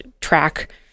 track